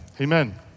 Amen